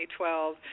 2012